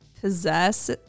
possess